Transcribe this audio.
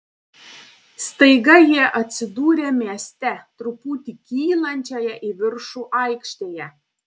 staiga jie atsidūrė mieste truputį kylančioje į viršų aikštėje